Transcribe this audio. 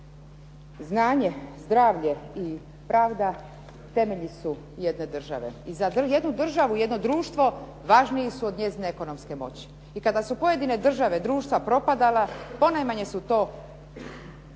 Znanje, zdravlje i pravda temelji su jedne države i za jednu državu, jedno društvo važniji su od njezine ekonomske moći. I kada su pojedine države, društva propadala ponajmanje je to